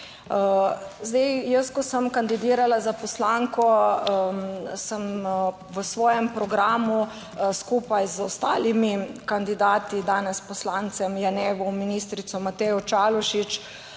Sloveniji. Ko sem kandidirala za poslanko, sem v svojem programu skupaj z ostalimi kandidati, danes poslancem Janevom, ministrico Matejo Čalušić,